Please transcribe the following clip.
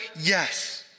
Yes